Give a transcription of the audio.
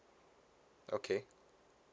okay